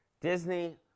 Disney